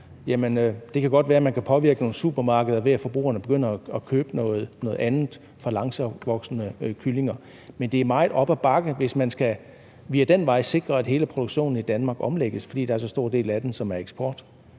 godt kan være, at man kan påvirke nogle supermarkeder, ved at forbrugerne begynder at købe noget andet, f.eks. langsomtvoksende kyllinger, men det er meget op ad bakke, hvis man via den vej skal sikre, at hele produktionen i Danmark omlægges, fordi der er så stor en del, som er eksport.